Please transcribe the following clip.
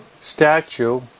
statue